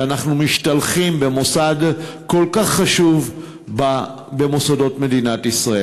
שאנחנו משתלחים במוסד כל כך חשוב במוסדות מדינת ישראל?